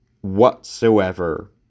whatsoever